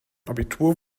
abitur